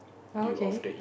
oh okay